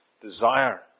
desire